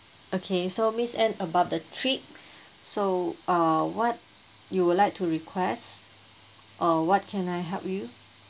okay so miss ann about the trip so uh what you would like to request uh what can I help you